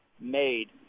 made